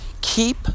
Keep